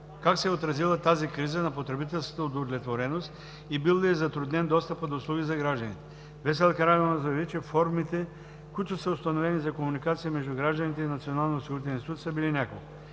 как се е отразила тази криза на потребителската удовлетвореност и бил ли е затруднен достъпът до услуги за гражданите? Весела Караиванова заяви, че формите, които са установени за комуникация между гражданите и Националния осигурителен институт, са били няколко.